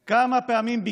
כמה פעמים אמרנו את זה כאן?